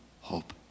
hope